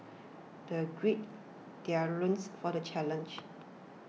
they gird their loins for the challenge